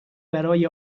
برای